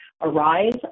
arise